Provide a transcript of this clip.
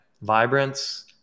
Vibrance